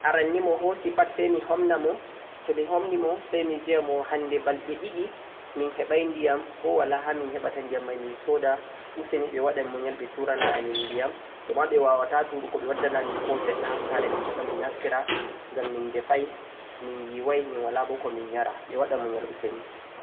to mi noddi ɓe, aran ni mo hoosi pat say mi homna mo, to mi homni mo say biya mo hannde balɗe ɗiɗi min heɓay ndiyam, bo walaa ha min heɓata ndiyam may min sooda, useni ɓe waɗa muyal ɓe turana amin ndiyam, to ma ɓe waawaata turugo, ɓe wadda nay amin ko seɗɗa ha saare min keɓa min naftira ngam min defay, min yiway, min walaa bo ko min yara, ɓe waɗa muyal useni.